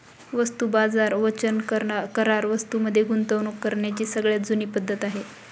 वस्तू बाजार वचन करार वस्तूं मध्ये गुंतवणूक करण्याची सगळ्यात जुनी पद्धत आहे